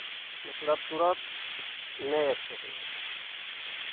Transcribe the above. मतलब तुरन्त नहि आबि सकै छै